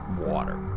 water